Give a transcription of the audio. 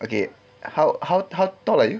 okay how how how tall are you